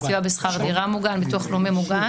סיוע בשכר דירה מוגן וביטוח לאומי מוגן.